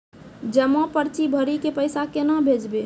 जमा पर्ची भरी के पैसा केना भेजबे?